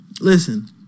listen